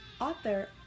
author